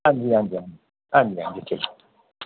हां जी हां जी हां जी ठीक